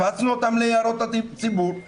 הפצנו אותם להערות הציבור,